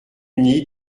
uni